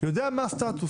יודע מה הסטטוס.